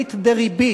בריבית דריבית.